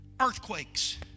Earthquakes